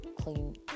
clean